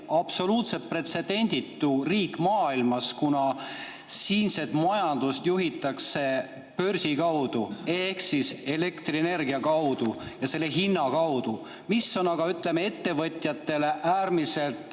absoluutselt pretsedenditu riik maailmas, kuna siinset majandust juhitakse börsi kaudu ehk elektrienergia ja selle hinna kaudu. See [hind] on aga, ütleme, ettevõtjatele äärmiselt